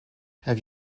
have